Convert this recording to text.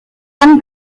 juan